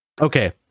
okay